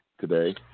today